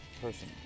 person